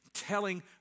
telling